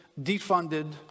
defunded